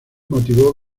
motivó